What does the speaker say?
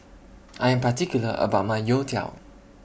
I Am particular about My Youtiao